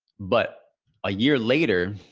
but a year later,